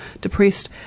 depressed